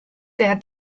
der